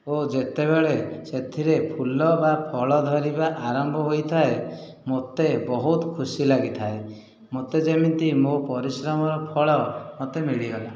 ଓ ଯେତେବେଳେ ସେଥିରେ ଫୁଲ ବା ଫଳ ଧରିବା ଆରମ୍ଭ ହୋଇଥାଏ ମୋତେ ବହୁତ ଖୁସି ଲାଗିଥାଏ ମୋତେ ଯେମିତି ମୋ ପରିଶ୍ରମର ଫଳ ମୋତେ ମିଳିଗଲା